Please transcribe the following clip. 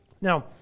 now